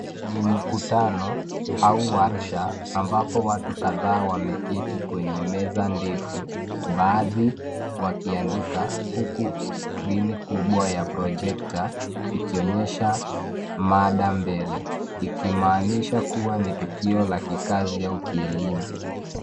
Ni mkutano au warsha ambapo watu kadhaa wameketi kwenye meza ndefu. Baadhi, wakiandika huku skrini kubwa ya projector ikionyesha mada mbele. Ikimaanisha kuwa ni tukio la kikazi au kielimu.